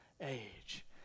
age